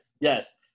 Yes